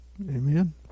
amen